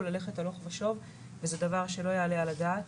ללכת הלוך ושוב וזה דבר שלא יעלה על הדעת.